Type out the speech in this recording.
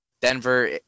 Denver